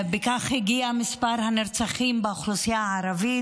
בכך הגיע מספר הנרצחים באוכלוסייה הערבית,